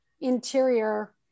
interior